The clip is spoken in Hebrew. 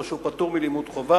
או שהוא פטור מלימוד חובה,